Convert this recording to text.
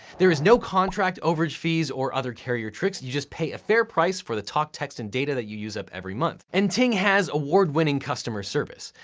there is no contract overage fees or other carrier tricks. you just pay a fair price for the talk, text, and data that you use up every month. and ting has award-winning customer service.